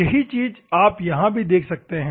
यही चीज आप यहाँ भी देख सकते हैं